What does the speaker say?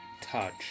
touch